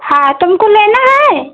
हाँ तुमको लेना है